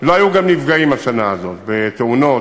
לא היו נפגעים השנה הזאת בתאונות.